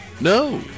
no